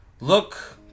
look